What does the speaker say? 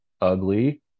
ugly